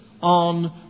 on